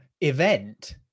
event